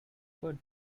good